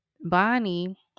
Bonnie